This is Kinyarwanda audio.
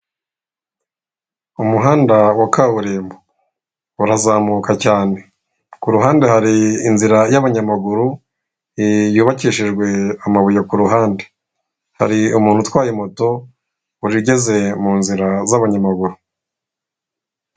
Umuhanda wa kaburimbo urazamuka cyane, ku ruhande hari inzira y'abanyamaguru yubakishijwe amabuye ku ruhande, hari umuntu utwaye moto uri ugeze mu nzira z'abanyamaguru.